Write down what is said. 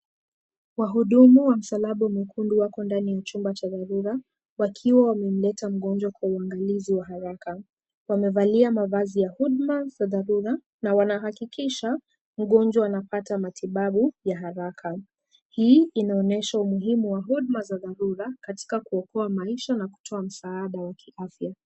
Wahudumu wa msalaba mwekundu wako ndani ya chumba cha dharura wakiwa wamemleta mgonjwa kwa uangalizi wa haraka. Wamevalia mavazi za huduma za dharura na wanahakikisha mgonjwa anapata matibabu ya haraka ii inaonyesha umuhimu wa huduma za dharura katika kuokoa maisha na kutoa msaada wa kiafya.